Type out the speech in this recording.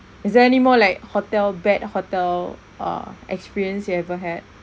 is there any more like hotel bad hotel uh experience you ever had